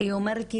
היא אומרת יהיה.